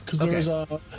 Okay